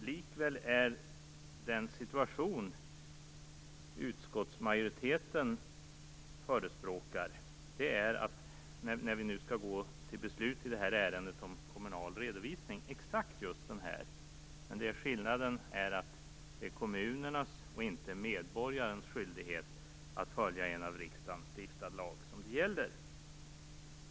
Likväl är den situation som utskottsmajoriteten förespråkar när vi nu skall gå till beslut i ärendet om den kommunala redovisningen exakt den här anförda. Skillnaden är att det är kommunens, inte medborgarens, skyldighet att följa en av riksdagen stiftad lag som det gäller.